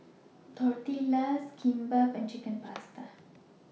Tortillas Kimbap and Chicken Pasta